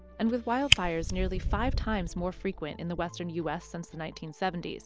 and with wildfires nearly five times more frequent in the western u s. since the nineteen seventy s.